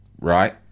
right